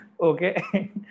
Okay